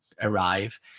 arrive